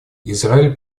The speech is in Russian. израиль